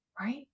Right